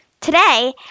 Today